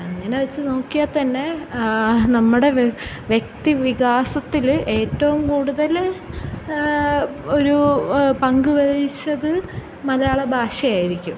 അങ്ങനെ വെച്ചു നോക്കിയാൽ തന്നെ നമ്മുടെ വ്യക്തി വികാസത്തിൽ ഏറ്റവും കൂടുതൽ ഒരു പങ്കു വഹിച്ചത് മലയാള ഭാഷയായിരിക്കും